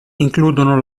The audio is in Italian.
includono